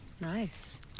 Nice